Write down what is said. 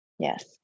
yes